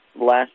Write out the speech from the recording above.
last